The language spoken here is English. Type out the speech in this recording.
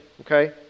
okay